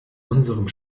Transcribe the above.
unserem